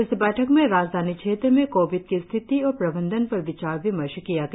इस बैठक में राजधानी क्षेत्र में कोविड की स्थिति और प्रबंधन पर विचार विमर्श किया गया